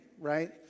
right